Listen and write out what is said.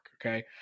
Okay